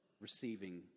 receiving